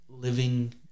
living